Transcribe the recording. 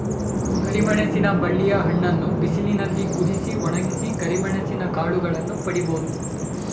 ಕರಿಮೆಣಸಿನ ಬಳ್ಳಿಯ ಹಣ್ಣನ್ನು ಬಿಸಿಲಿನಲ್ಲಿ ಕುದಿಸಿ, ಒಣಗಿಸಿ ಕರಿಮೆಣಸಿನ ಕಾಳುಗಳನ್ನು ಪಡಿಬೋದು